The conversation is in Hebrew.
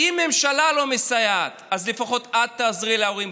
אם הממשלה לא מסייעת, לפחות את תעזרי להורים.